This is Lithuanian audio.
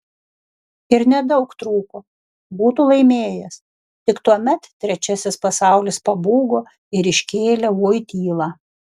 ir nedaug trūko būtų laimėjęs tik tuomet trečiasis pasaulis pabūgo ir iškėlė voitylą